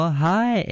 hi